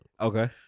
okay